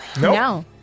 No